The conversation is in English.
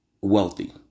wealthy